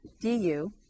du